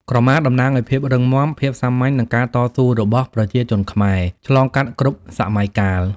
ក្រមាតំណាងឱ្យភាពរឹងមាំ ភាពសាមញ្ញ និងការតស៊ូរបស់ប្រជាជនខ្មែរ ឆ្លងកាត់គ្រប់សម័យកាល។